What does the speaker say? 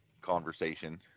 conversation